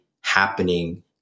happening